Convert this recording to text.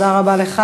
תודה רבה לך,